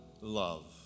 love